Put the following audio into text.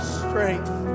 strength